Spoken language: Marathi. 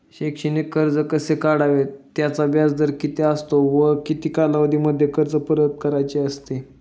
शैक्षणिक कर्ज कसे काढावे? त्याचा व्याजदर किती असतो व किती कालावधीमध्ये कर्ज परत करायचे?